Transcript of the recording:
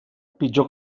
pitjor